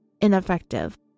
ineffective